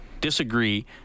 Disagree